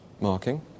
marking